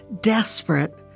desperate